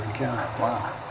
Wow